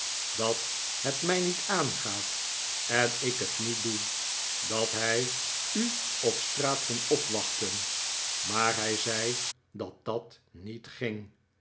dat het mij niet aangaat en ik het niet doe dat hij u op straat kon opwachten maar hij zei dat dat niet ging